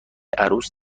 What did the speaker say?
عروس